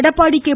Edappadi K